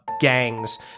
gangs